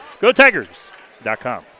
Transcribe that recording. GoTigers.com